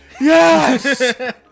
yes